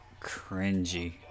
cringy